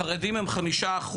חרדים הם 5%,